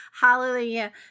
Hallelujah